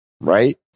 right